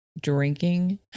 drinking